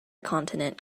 continent